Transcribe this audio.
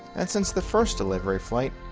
and since the first delivery flight,